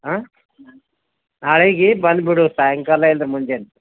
ಆಂ ನಾಳೆಗಿ ಬಂದುಬಿಡು ಸಾಯಂಕಾಲ ಇಲ್ಲ ಮುಂಜಾನೆ